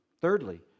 Thirdly